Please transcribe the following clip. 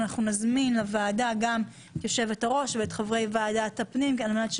אנחנו נזמין לוועדה גם את יושבת הראש ואת חברי הוועדה לביטחון